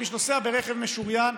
מי שנוסע ברכב משוריין,